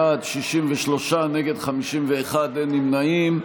בעד, 63, נגד, 51, אין נמנעים.